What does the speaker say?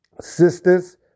sisters